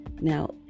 Now